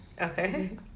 Okay